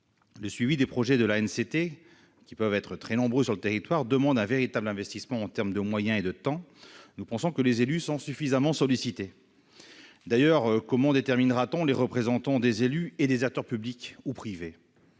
Le suivi des projets de l'ANCT, qui peuvent être très nombreux sur les territoires, demande un véritable investissement en termes de moyens et de temps. Nous pensons que les élus sont suffisamment sollicités. D'ailleurs, comment déterminera-t-on les représentants des élus et des acteurs publics ou privés ?